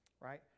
right